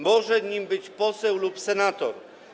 Może nim być poseł lub senator.